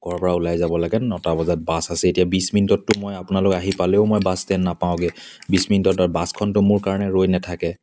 ঘৰৰ পৰা ওলাই যাব লাগে নটা বজাত বাছ আছে এতিয়া বিছ মিনিটততো মই অপোনালোক আহি পালেও মই বাছ ষ্টেণ্ড নাপাওঁগৈ বিছ মিনিটত আৰু বাছখনতো মোৰ কাৰণে ৰৈ নেথাকে